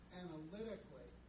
analytically